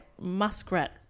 muskrat